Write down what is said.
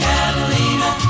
Catalina